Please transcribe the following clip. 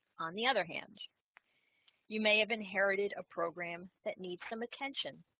on the other hand you may have inherited a program that needs some attention